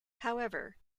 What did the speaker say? however